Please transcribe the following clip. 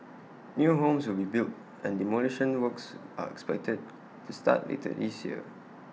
new homes will be built and demolition works are expected to start later this year